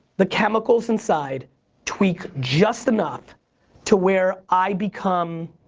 the chemicals inside tweak just enough to where i become